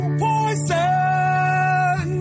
poison